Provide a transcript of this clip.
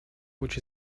which